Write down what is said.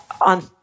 on